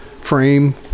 frame